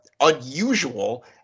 unusual